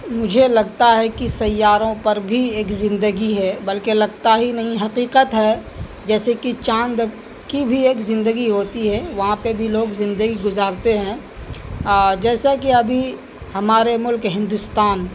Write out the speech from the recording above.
مجھے لگتا ہے کہ سیاروں پر بھی ایک زندگی ہے بلکہ لگتا ہی نہیں حقیقت ہے جیسے کہ چاند کی بھی ایک زندگی ہوتی ہے وہاں پہ بھی لوگ زندگی گزارتے ہیں جیسا کہ ابھی ہمارے ملک ہندوستان